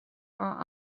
are